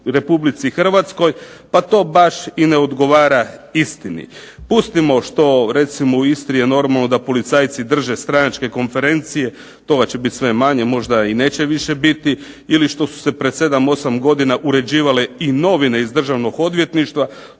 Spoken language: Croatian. Republici Hrvatskoj pa to baš i ne odgovara istini. Pustimo što recimo u Istri je normalno da policajci drže stranačke konferencije, toga će biti sve manje, možda i neće više biti ili što su se pred 7, 8 godina uređivale i novine iz Državnog odvjetništva.